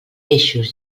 eixos